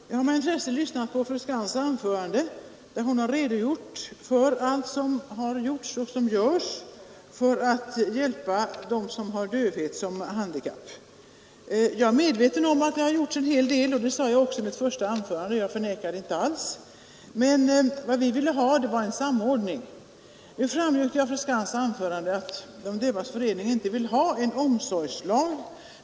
Herr talman! Jag har med intresse lyssnat till fru Skantz” anförande, där hon redovisade allt det som gjorts och görs för att hjälpa dem som har dövhet som handikapp. Jag är medveten om detta, och det sade jag också i mitt första anförande. Vi vill emellertid ha en bättre samordning. Det framgick av fru Skantz” anförande att de dövas förening inte vill ha en omsorgslag.